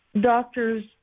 doctors